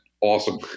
Awesome